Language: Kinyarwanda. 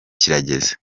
kirageze